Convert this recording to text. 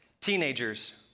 teenagers